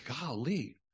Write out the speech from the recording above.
Golly